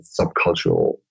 subcultural